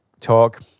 talk